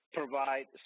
provide